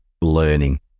learning